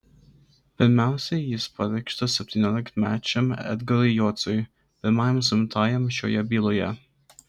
pirmiausiai jis pareikštas septyniolikmečiam edgarui jociui pirmajam suimtajam šioje byloje